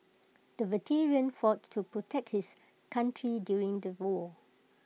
the veteran fought to protect his country during the war